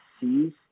sees